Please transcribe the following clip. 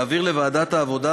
להעביר לוועדת העבודה,